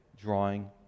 drawing